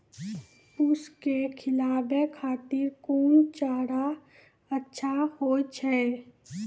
पसु के खिलाबै खातिर कोन चारा अच्छा होय छै?